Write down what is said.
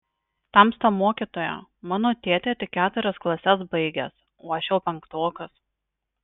tamsta mokytoja mano tėtė tik keturias klases baigęs o aš jau penktokas